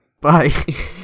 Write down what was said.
Bye